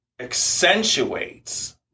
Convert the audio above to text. accentuates